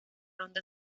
ronda